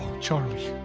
Charlie